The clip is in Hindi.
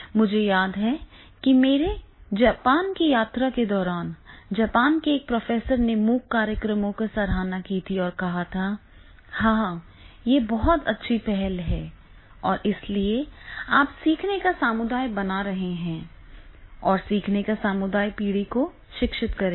मुझे याद है कि मेरी जापान यात्रा के दौरान जापान के एक प्रोफेसर ने MOOC कार्यक्रमों की सराहना की थी और कहा था "हाँ यह बहुत अच्छी पहल है और इसलिए आप सीखने का समुदाय बना रहे हैं और सीखने का समुदाय पीढ़ी को शिक्षित करेगा